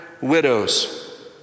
widows